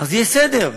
אז יהיה סדר.